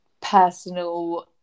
personal